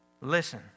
listen